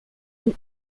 une